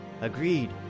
Agreed